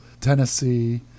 tennessee